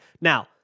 Now